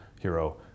Hero